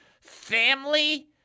family